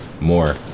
more